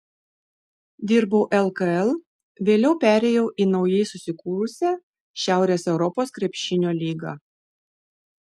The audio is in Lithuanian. dirbau lkl vėliau perėjau į naujai susikūrusią šiaurės europos krepšinio lygą